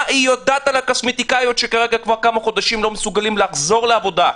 מה היא יודעת על הקוסמטיקאיות שכמה חודשים לא מסוגלים לחזור לעבודה?